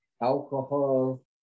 alcohol